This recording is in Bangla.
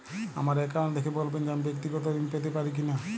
আমার অ্যাকাউন্ট দেখে বলবেন যে আমি ব্যাক্তিগত ঋণ পেতে পারি কি না?